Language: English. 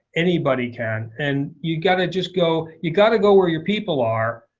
anybody can. and you've got to just go you got to go where your people are.